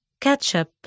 Ketchup